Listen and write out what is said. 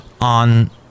on